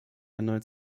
erneut